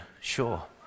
sure